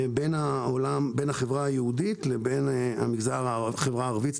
בין החברה היהודית לבין החברה הערבית.